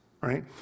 right